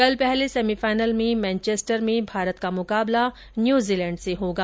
कल पहले सेमीफाइनल में मेनचेस्टर में भारत का मुकाबला न्यूजीलैंड से होगा